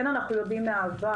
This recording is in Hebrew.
כן אנחנו יודעים מעבר,